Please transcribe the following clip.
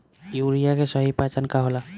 Urea के सही पहचान का होला?